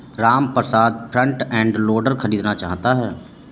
Ramprasad front end loader खरीदना चाहता है